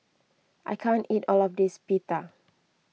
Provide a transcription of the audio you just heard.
I can't eat all of this Pita